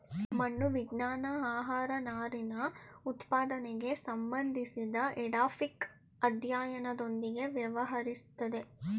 ಮಣ್ಣು ವಿಜ್ಞಾನ ಆಹಾರನಾರಿನಉತ್ಪಾದನೆಗೆ ಸಂಬಂಧಿಸಿದಎಡಾಫಿಕ್ಅಧ್ಯಯನದೊಂದಿಗೆ ವ್ಯವಹರಿಸ್ತದೆ